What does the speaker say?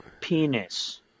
penis